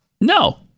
No